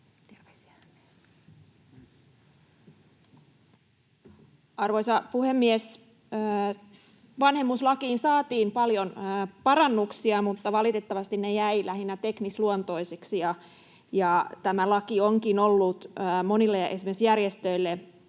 Arvoisa puhemies! Vanhemmuuslakiin saatiin paljon parannuksia, mutta valitettavasti ne jäivät lähinnä teknisluontoisiksi, ja tämä laki onkin ollut monille, esimerkiksi moninaisia